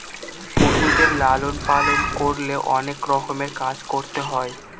পশুদের লালন পালন করলে অনেক রকমের কাজ করতে হয়